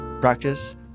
Practice